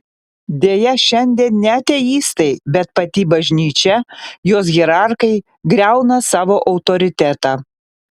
deja šiandien ne ateistai bet pati bažnyčia jos hierarchai griauna savo autoritetą